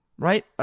Right